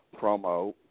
promo